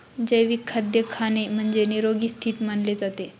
जैविक खाद्य खाणे म्हणजे, निरोगी स्थिती मानले जाते